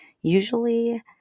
Usually